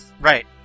Right